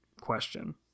question